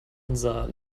unser